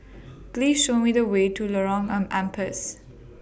Please Show Me The Way to Lorong An Ampas